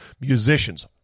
musicians